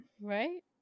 Right